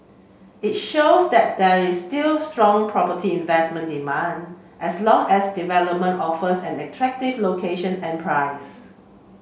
it shows that there is still strong property investment demand as long as development offers an attractive location and price